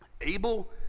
Abel